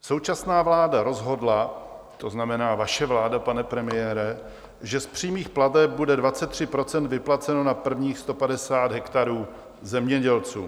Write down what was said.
Současná vláda rozhodla, to znamená vaše vláda, pane premiére, že z přímých plateb bude 23 % vyplaceno na prvních 150 hektarů zemědělcům.